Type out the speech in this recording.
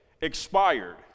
expired